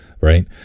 right